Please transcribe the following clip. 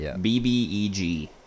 B-B-E-G